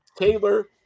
Taylor